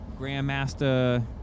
Grandmaster